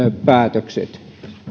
päätökset